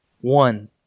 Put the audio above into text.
One